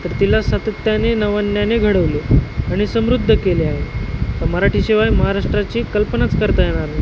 तर तिला सातत्याने नवन्याने घडवले आणि समृद्ध केले आहे तर मराठीशिवाय महाराष्ट्राची कल्पनाच करता येणार नाही